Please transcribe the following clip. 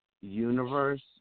universe